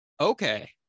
okay